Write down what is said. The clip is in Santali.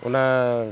ᱚᱱᱟ